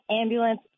ambulance